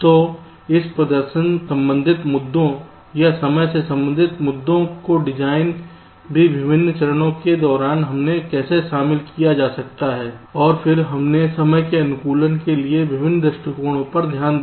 तो इस प्रदर्शन से संबंधित मुद्दों या समय से संबंधित मुद्दों को डिजाइन के विभिन्न चरणों के दौरान कैसे शामिल किया जा सकता है और फिर हमने समय के अनुकूलन के लिए विभिन्न दृष्टिकोणों पर ध्यान दिया